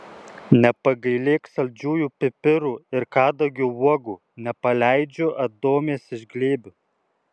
nepagailėk saldžiųjų pipirų ir kadagio uogų nepaleidžiu adomės iš glėbio